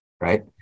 right